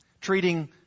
Treating